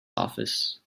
office